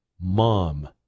mom